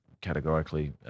categorically